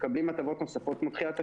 מקבלים הטבות נוספות כמו דחיית תשלומים.